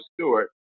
Stewart